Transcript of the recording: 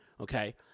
Okay